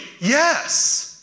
Yes